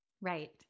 Right